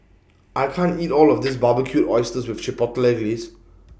I can't eat All of This Barbecued Oysters with Chipotle Glaze